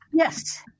Yes